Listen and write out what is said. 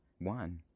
One